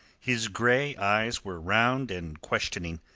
his grey eyes were round and questioning.